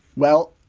well,